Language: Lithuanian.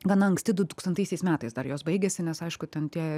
gana anksti du tūkstantaisiais metais dar jos baigėsi nes aišku ten tie